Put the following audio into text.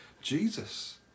Jesus